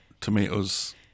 tomatoes